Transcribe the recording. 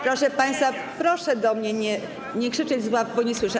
Proszę państwa, proszę do mnie nie krzyczeć z ław, bo nie słyszę.